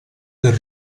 del